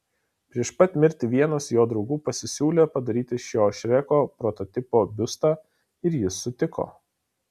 prieš pat mirtį vienas jo draugų pasisiūlė padaryti šio šreko prototipo biustą ir jis sutiko